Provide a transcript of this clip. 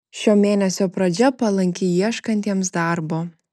šio mėnesio pradžia palanki ieškantiems darbo